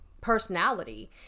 personality